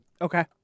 Okay